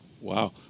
Wow